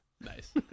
Nice